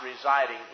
residing